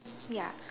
ya